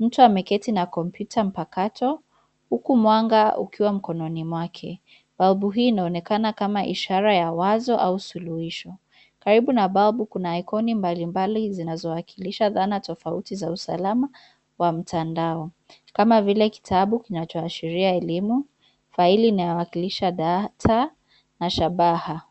Mtu ameketi na kompyuta mpakato, huku mwanga ukiwa mkononi mwake. Balbu hii inaonekana kama ishara ya wazo au suluhisho. Karibu na balbu kuna aikoni mbalimbali zinazowakilisha dhana tofauti za usalama wa mtandao, kama vile kitabu kinachoashiria elimu,,faili inayowakilisha data na shabaha.